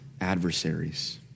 adversaries